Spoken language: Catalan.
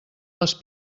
les